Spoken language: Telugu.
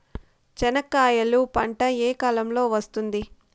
చెనక్కాయలు పంట ఏ కాలము లో వస్తుంది